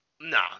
Nah